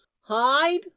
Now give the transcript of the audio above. Hide